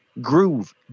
groove